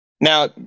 Now